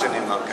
מה שנאמר כאן,